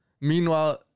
Meanwhile